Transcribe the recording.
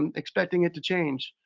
and expecting it to change.